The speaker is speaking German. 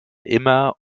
immer